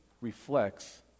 reflects